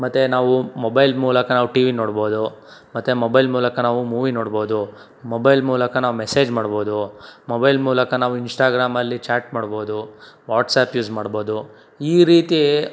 ಮತ್ತು ನಾವು ಮೊಬೈಲ್ ಮೂಲಕ ನಾವು ಟಿ ವಿ ನೋಡ್ಬೋದು ಮತ್ತು ಮೊಬೈಲ್ ಮೂಲಕ ನಾವು ಮೂವಿ ನೋಡ್ಬೋದು ಮೊಬೈಲ್ ಮೂಲಕ ನಾವು ಮೆಸೇಜ್ ಮಾಡ್ಬೋದು ಮೊಬೈಲ್ ಮೂಲಕ ನಾವು ಇನ್ಸ್ಟಾಗ್ರಾಮಲ್ಲಿ ಚಾಟ್ ಮಾಡ್ಬೋದು ವಾಟ್ಸಪ್ ಯೂಸ್ ಮಾಡ್ಬೋದು ಈ ರೀತಿ